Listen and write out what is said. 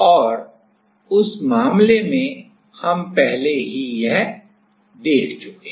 और उस मामले में हम पहले ही यह देख चुके हैं